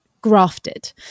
grafted